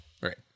Right